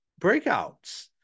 breakouts